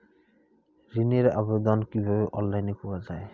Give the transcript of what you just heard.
ঋনের আবেদন কিভাবে অনলাইনে করা যায়?